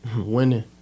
Winning